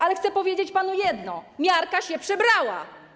Ale chcę powiedzieć panu jedno: miarka się przebrała.